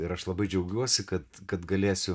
ir aš labai džiaugiuosi kad kad galėsiu